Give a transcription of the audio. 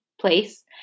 place